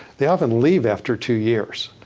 they often leave after two years.